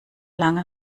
lange